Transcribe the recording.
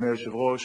אדוני היושב-ראש,